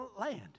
land